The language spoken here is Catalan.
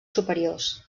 superiors